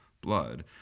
blood